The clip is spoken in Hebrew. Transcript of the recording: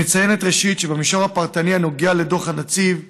היא מציינת שבמישור הפרטני הנוגע לדוח הנציב,